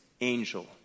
angel